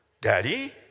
daddy